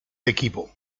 equipo